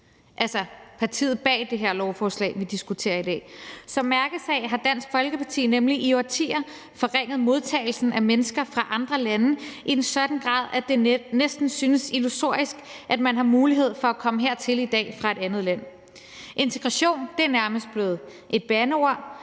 altså partiet bag det lovforslag, vi diskuterer her i dag. Som mærkesag har Dansk Folkeparti nemlig i årtier forringet modtagelsen af mennesker fra andre lande i en sådan grad, at det næsten synes illusorisk, at man i dag har mulighed for at komme hertil fra et andet land. Integration er nærmest blevet et bandeord,